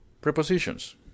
prepositions